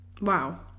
wow